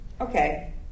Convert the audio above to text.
Okay